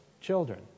children